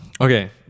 Okay